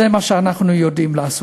זה מה שאנחנו יודעים לעשות.